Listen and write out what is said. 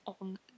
on